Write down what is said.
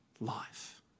life